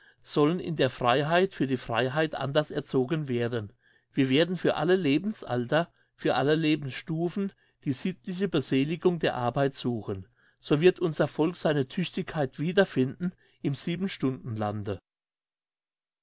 sollen in der freiheit für die freiheit anders erzogen werden wir werden für alle lebensalter für alle lebensstufen die sittliche beseligung der arbeit suchen so wird unser volk seine tüchtigkeit wiederfinden im siebenstundenlande stadtpläne